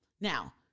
Now